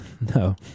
No